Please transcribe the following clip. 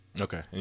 Okay